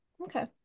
Okay